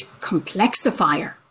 complexifier